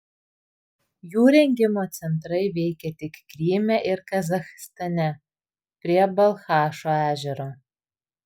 jų rengimo centrai veikė tik kryme ir kazachstane prie balchašo ežero